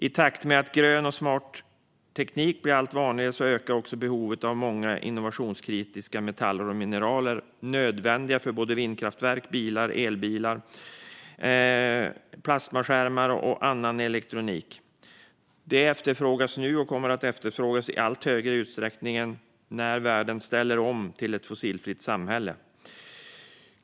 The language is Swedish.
I takt med att grön och smart teknik blir allt vanligare ökar också behovet av många innovationskritiska metaller och mineral som är nödvändiga för vindkraftverk, bilar och elbilar, plasmaskärmar och annan elektronik. Det efterfrågas nu och kommer att efterfrågas i allt större utsträckning när världen ställer om till ett fossilfritt samhälle.